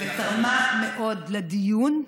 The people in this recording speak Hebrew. ותרמה מאוד לדיון,